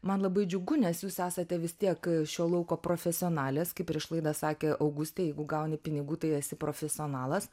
man labai džiugu nes jūs esate vis tiek šio lauko profesionalės kaip prieš laidą sakė augustė jeigu gauni pinigų tai esi profesionalas